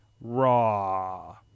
raw